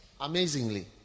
Amazingly